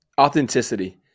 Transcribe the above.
Authenticity